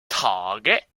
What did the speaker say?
target